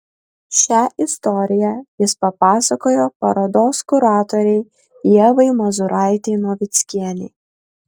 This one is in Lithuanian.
šią istoriją jis papasakojo parodos kuratorei ievai mazūraitei novickienei